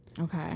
Okay